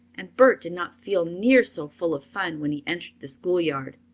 and bert did not feel near so full of fun when he entered the schoolyard.